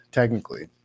technically